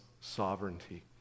sovereignty